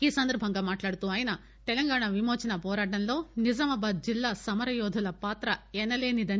ఈ సంధర్బంగా ఆయన మాట్లడుతూ తెలంగాణ విమోచన పోరాటంలో నిజామాబాద్ జిల్లా సమరయోధుల పాత్ర ఎనలేనిదన్నారు